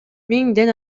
миңден